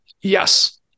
Yes